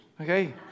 Okay